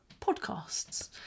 podcasts